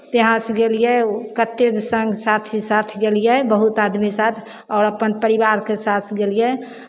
यहाँसँ गेलियै कतेक सङ्ग साथी साथ गेलियै बहुत आदमी साथ आओर अपन परिवारके साथ गेलियै